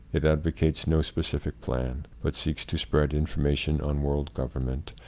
it advocates no specific plan, but seeks to spread information on world government,